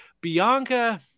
Bianca